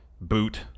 boot